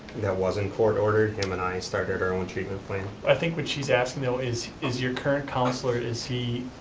that wasn't court ordered. him and i started our own treatment plan. i think what she's asking, though, is, is your current counselor, is he